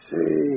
See